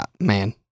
Man